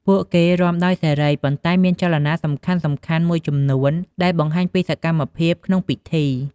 ពួកគេរាំដោយសេរី ប៉ុន្តែមានចលនាសំខាន់ៗមួយចំនួនដែលបង្ហាញពីសកម្មភាពក្នុងពិធី។